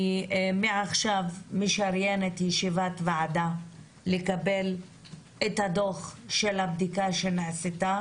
מעכשיו אני משריינת ישיבת ועדה לקבל את הדוח של הבדיקה שנעשתה